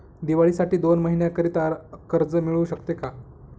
दिवाळीसाठी दोन महिन्याकरिता कर्ज मिळू शकते का?